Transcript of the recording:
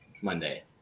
Monday